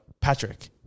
Patrick